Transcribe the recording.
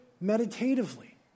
meditatively